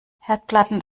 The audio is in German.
herdplatten